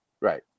right